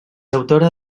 autora